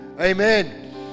Amen